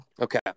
Okay